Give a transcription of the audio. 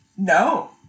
No